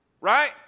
Right